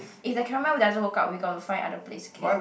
if the Carol Mel doesn't work out we got to find other place okay